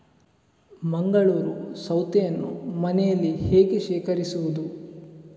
ಮಂಗಳೂರು ಸೌತೆಯನ್ನು ಮನೆಯಲ್ಲಿ ಹೇಗೆ ಶೇಖರಿಸುವುದು?